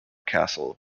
castle